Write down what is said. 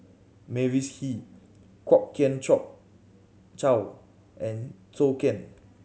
Mavis Hee Kwok Kian Chow and Zhou Can